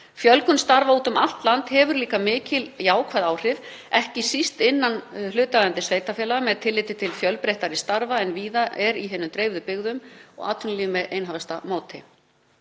Fjölgun starfa úti um allt land hefur líka mikil jákvæð áhrif, ekki síst innan hlutaðeigandi sveitarfélaga með tilliti til fjölbreyttari starfa en víða er atvinnulíf með einhæfasta móti